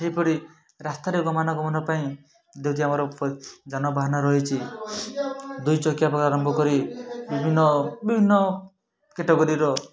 ସେହିପରି ରାସ୍ତାରେ ଗମନା ଗମନ ପାଇଁ ଦଉଛି ଆମର ଯାନବାହନ ରହିଛି ଦୁଇଚକିଆ ପାଖରୁ ଆରମ୍ଭ କରି ବିଭିନ୍ନ ବିଭିନ୍ନ କାଟେଗୋରିର